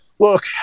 Look